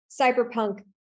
Cyberpunk